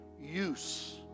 use